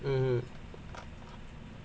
mmhmm